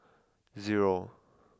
zero